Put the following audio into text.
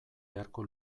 beharko